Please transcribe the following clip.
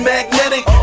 Magnetic